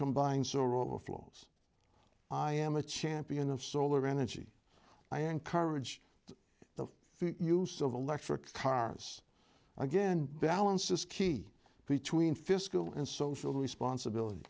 combined so overflows i am a champion of solar energy i encourage the use of electric cars again balance is key between fiscal and social responsibility